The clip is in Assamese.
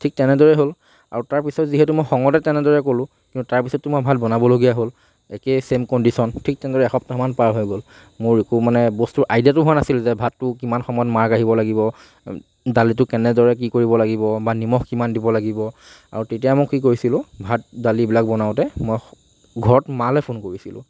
ঠিক তেনেদৰে হ'ল আৰু তাৰপিছত যিহেতু মই খঙতে তেনেদৰে ক'লো কিন্তু তাৰপিছতটো মই ভাত বনাবলগীয়া হ'ল একেই চেম কণ্ডিশ্যন ঠিক তেনেদৰে এসপ্তাহমান পাৰ হৈ গ'ল মোৰ একো মানে বস্তু আইডিয়াটো হোৱা নাছিল যে ভাতটো কিমান সময়ত মাৰ কাঢ়িব লাগিব দালিটো কেনেদৰে কি কৰিব লাগিব বা নিমখ কিমান কি দিব লাগিব আৰু তেতিয়া মই কি কৰিছিলোঁ ভাত দালি এইবিলাক বনাওঁতে মই ঘৰত মালৈ ফোন কৰিছিলোঁ